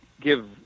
give